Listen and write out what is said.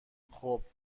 خوب